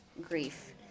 grief